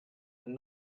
and